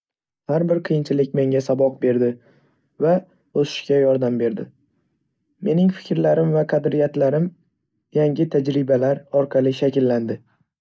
Har bir qiyinchilik menga saboq berdi va o'sishga yordam berdi. Mening fikrlarim va qadriyatlarim yangi tajribalar orqali shakllandi.